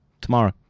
tomorrow